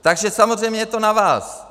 Takže samozřejmě je to na vás.